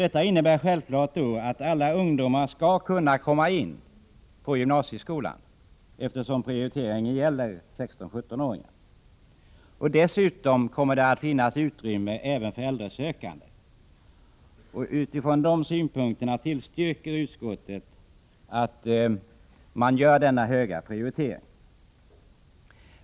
Detta innebär självfallet att alla ungdomar skall kunna komma in på gymnasieskolan, eftersom priorite ringen gäller 16-17-åringar. Dessutom kommer det att finnas utrymme även för äldre sökande. Utifrån de synpunkterna tillstyrker utskottet att man gör denna höga prioritering.